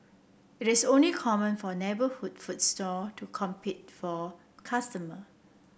it is only common for neighborhood foods stall to compete for customer